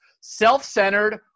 Self-centered